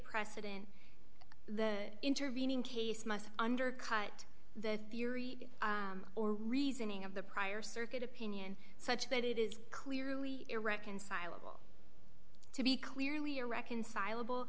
precedent the intervening case must undercut the theory or reasoning of the prior circuit opinion such that it is clearly irreconcilable to be clearly irreconcilable